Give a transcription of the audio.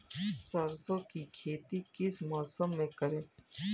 सरसों की खेती किस मौसम में करें?